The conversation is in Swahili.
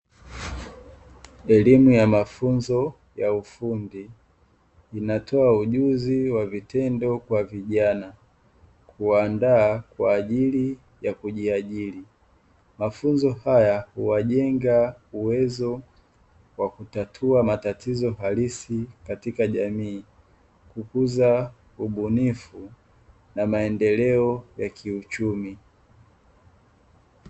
Elimu ya mafunzo ya ufundi inatoa ujuzi wa vitendo kwa vijana kuandaa kwaajili ya kujiajiri, mafunzo haya hujenga uwezo wa kutatua matatizo halisi katika jamii hukuza ubunifu na maendeleo ya kiuchumi.